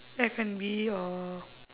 F&B or